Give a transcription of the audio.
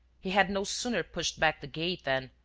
he had no sooner pushed back the gate than,